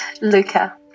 Luca